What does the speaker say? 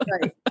Right